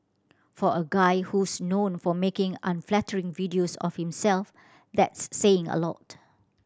for a guy who's known for making unflattering videos of himself that's saying a lot